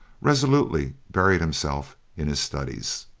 resolutely buried himself in his studies.